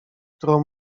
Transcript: którą